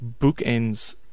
bookends